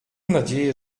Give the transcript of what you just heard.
nadzieję